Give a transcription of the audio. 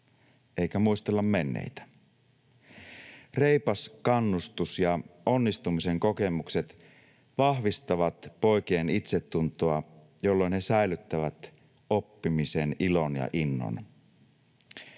eikä muistella menneitä. Reipas kannustus ja onnistumisen kokemukset vahvistavat poikien itsetuntoa, jolloin he säilyttävät oppimisen ilon ja innon.